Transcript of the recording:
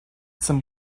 some